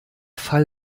fall